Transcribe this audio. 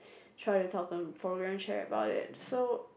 try to talk to her check about it so